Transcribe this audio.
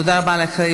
תודה רבה לך,